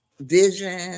vision